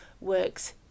works